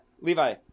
levi